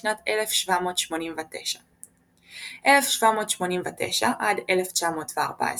בשנת 1789. 1789–1914